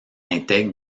intègre